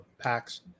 packs